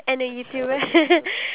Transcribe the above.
iya